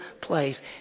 place